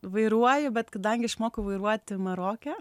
vairuoju bet kadangi išmokau vairuoti maroke